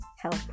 help